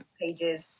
pages